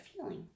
feeling